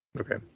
Okay